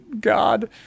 god